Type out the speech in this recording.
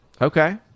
Okay